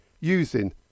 using